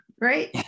right